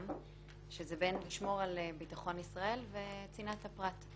בין שמירה על ביטחון ישראל לבין צנעת הפרט.